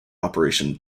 operation